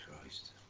christ